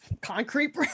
concrete